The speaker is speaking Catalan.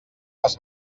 les